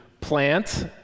plant